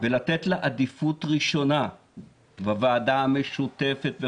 ולתת לה עדיפות ראשונה בוועדה המשותפת.